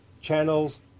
channels